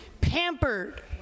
pampered